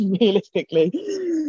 realistically